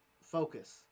focus